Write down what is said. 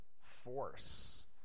force